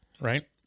right